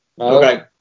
Okay